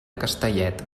castellet